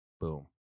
boom